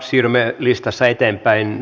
siirrymme listassa eteenpäin